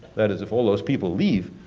that is, if all those people leave,